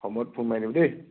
সময়ত ফোন মাৰি দিম দেই